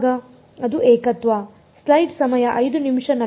ಅದು ಏಕತ್ವ